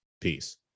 Peace